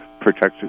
protective